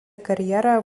karjerą